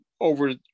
over